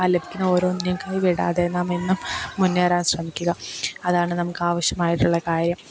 ആ ലഭിക്കുന്ന ഓരോന്നിനെയും കൈവിടാതെ നാമെന്നും മുന്നേറാൻ ശ്രമിക്കുക അതാണ് നമുക്ക് ആവശ്യമായിട്ടുള്ള കാര്യം